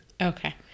Okay